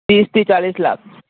ત્રીસથી ચાળીસ લાખ